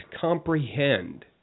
comprehend